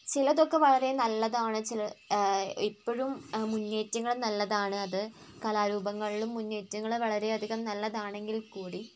ചിലതൊക്കെ വളരെ നല്ലതാണ് എപ്പോഴും മുന്നേറ്റങ്ങള് നല്ലതാണ് അത് കലാരൂപങ്ങളിലും മുന്നേറ്റങ്ങള് വളരെയധികം നല്ലതാണെങ്കിൽ കൂടി